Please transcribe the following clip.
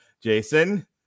jason